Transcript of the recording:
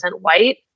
white